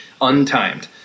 untimed